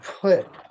put